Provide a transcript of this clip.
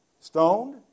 Stoned